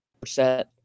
percent